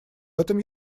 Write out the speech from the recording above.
этом